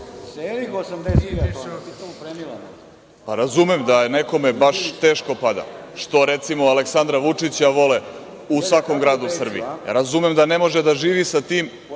Razumem da nekome baš teško pada što, recimo, Aleksandra Vučića vole u svakom gradu u Srbiji. Razumem da ne može da živi sa tim,